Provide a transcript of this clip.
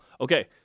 Okay